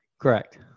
Correct